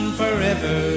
forever